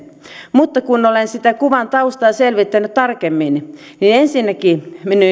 mutta kun olen sitä kuvan taustaa selvittänyt tarkemmin niin niin ensinnäkin